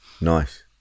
Nice